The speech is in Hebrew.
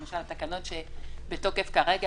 למשל התקנות שבתוקף כרגע,